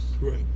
Right